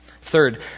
Third